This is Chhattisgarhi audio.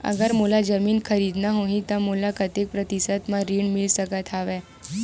अगर मोला जमीन खरीदना होही त मोला कतेक प्रतिशत म ऋण मिल सकत हवय?